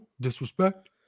disrespect